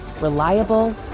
Reliable